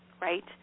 right